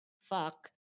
fuck